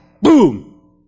Boom